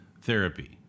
therapy